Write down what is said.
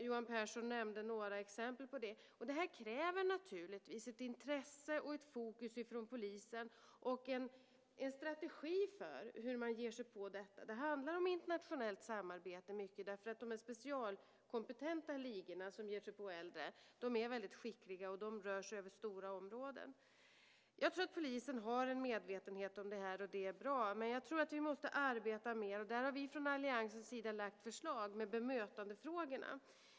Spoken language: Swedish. Johan Pehrson nämnde några exempel på det. Det här kräver naturligtvis ett intresse, ett fokus och en strategi från polisen för hur man ger sig på detta. Det handlar mycket om internationellt samarbete, därför att de specialkompetenta ligorna som ger sig på äldre är väldigt skickliga och rör sig över stora områden. Jag tror att polisen har en medvetenhet om det här, och det är bra. Men jag tror att vi måste arbeta mer. Vi har från alliansens sida lagt förslag om bemötandefrågorna.